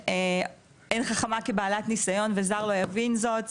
אין חכמה כבעלת ניסיון וזר לא יבין זאת,